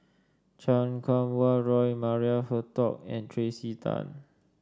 Chan Kum Wah Roy Maria Hertogh and Tracey Tan